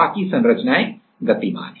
बाकी संरचनाएं गतिमान हैं